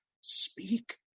speak